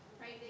right